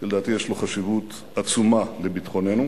לדעתי, יש לו חשיבות עצומה לביטחוננו.